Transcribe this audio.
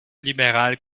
libérale